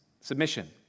submission